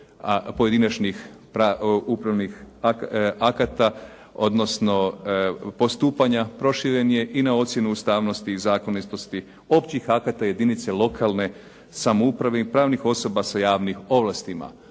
pojedinačnih upravnih akata, odnosno postupanja, proširen je i na ocjenu ustavnosti i zakonitosti, općih akata jedinica lokalne samoupravne i pravnih osoba sa javnim ovlastima.